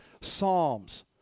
Psalms